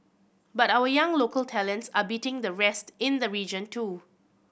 but our young local talents are beating the rest in the region too